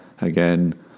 again